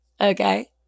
okay